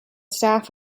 staff